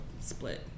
split